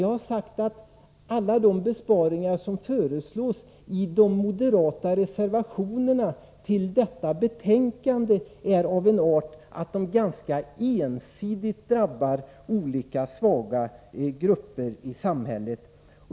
Jag har sagt att alla de besparingar som föreslås i de moderata reservationerna till detta betänkande är av en art som ganska ensidigt drabbar olika svaga grupper i samhället.